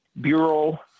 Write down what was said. bureau